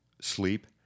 sleep